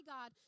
God